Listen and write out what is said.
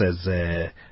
says